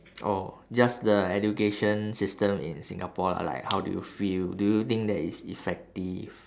oh just the education system in singapore lah like how do you feel do you think that it's effective